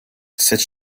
cette